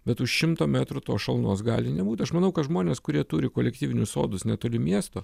bet už šimto metrų tos šalnos gali nebūt aš manau kad žmonės kurie turi kolektyvinius sodus netoli miesto